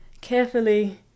carefully